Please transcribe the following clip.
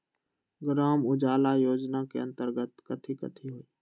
ग्राम उजाला योजना के अंतर्गत कथी कथी होई?